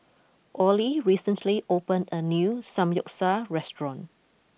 Ollie recently opened a new Samgeyopsal restaurant